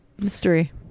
Mystery